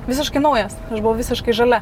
visiškai naujas aš buvau visiškai žalia